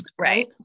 right